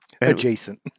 Adjacent